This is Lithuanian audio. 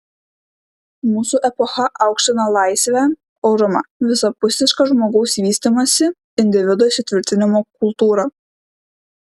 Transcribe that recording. mūsų epocha aukština laisvę orumą visapusišką žmogaus vystymąsi individo įsitvirtinimo kultūrą